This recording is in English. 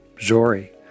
Zori